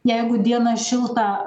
jeigu diena šilta